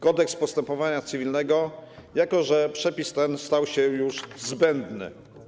Kodeks postępowania cywilnego, jako że przepis ten stał się zbędny.